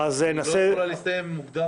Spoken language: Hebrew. אז נעשה --- היא לא יכולה להסתיים מוקדם